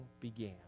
began